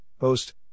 Host